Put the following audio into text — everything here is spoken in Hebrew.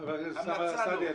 חבר הכנסת אוסמה סעדי,